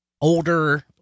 older